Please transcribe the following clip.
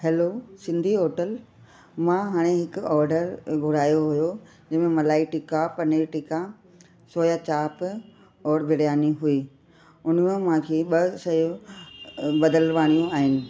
hello Sindhi hotel मां हाणे हिकु ऑडर घुरायो हुओ जंहिंमें मलाई टिक्का पनीर टिक्का सोया चाप और बिरयानी हुई उन में मूंखे ॿ शयूं बदल वाइणियूं आहिनि